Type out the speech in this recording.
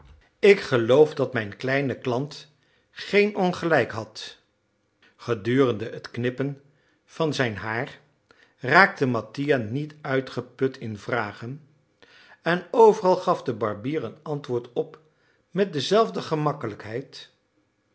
ik geloof dat mijn kleine klant geen ongelijk had gedurende het knippen van zijn haar raakte mattia niet uitgeput in vragen en overal gaf de barbier een antwoord op met dezelfde gemakkelijkheid